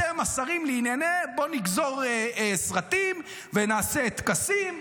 אתם השרים לענייני בוא נגזור סרטים ונעשה טקסים.